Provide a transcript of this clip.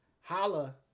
holla